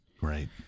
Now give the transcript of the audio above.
Right